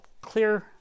Clear